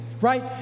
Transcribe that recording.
right